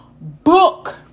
Book